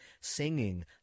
singing